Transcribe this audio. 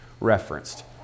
referenced